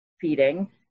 feeding